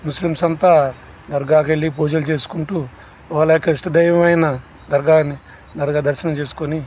Muslims అంతా దర్గాకి వెళ్లి పూజలు చేసుకుంటూ వాళ్ళ యొక్క ఇష్ట దైవమైన దర్గాని దర్గా దర్శనం చేసుకుని